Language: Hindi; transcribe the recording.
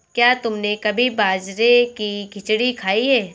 क्या तुमने कभी बाजरे की खिचड़ी खाई है?